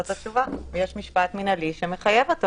זאת התשובה: יש משפט מנהלי שמחייב אותו